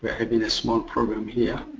having a small problem here.